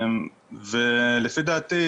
לפי דעתי,